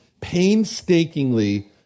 painstakingly